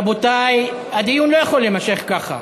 רבותי, הדיון לא יכול להימשך ככה.